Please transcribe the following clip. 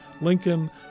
Lincoln